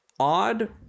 Odd